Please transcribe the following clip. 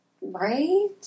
Right